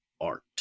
art